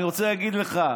אני רוצה להגיד לך,